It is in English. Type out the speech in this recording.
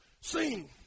sing